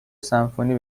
سمفونی